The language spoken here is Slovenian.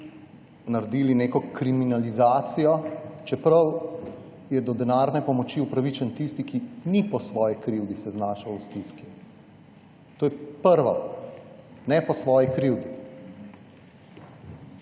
naredili neko kriminalizacijo, čeprav je do denarne pomoči upravičen tisti, ki se ni po svoji krivdi znašel v stiski. To je prvo, ne po svoji krivdi.